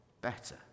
better